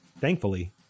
Thankfully